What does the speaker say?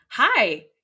Hi